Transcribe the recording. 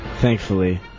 thankfully